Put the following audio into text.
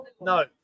no